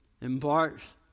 embarks